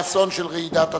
לאסון של רעידת אדמה,